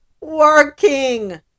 working